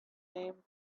name